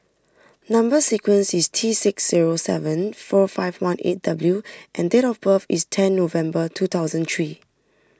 Number Sequence is T six zero seven four five one eight W and date of birth is ten November two thousand three